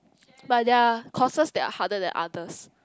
but there are courses that are harder than others